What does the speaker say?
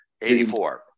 84